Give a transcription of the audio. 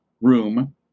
room